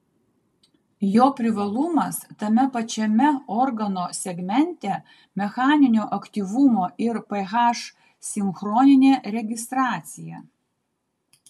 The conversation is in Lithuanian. jo privalumas tame pačiame organo segmente mechaninio aktyvumo ir ph sinchroninė registracija